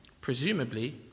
presumably